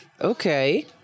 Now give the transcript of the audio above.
Okay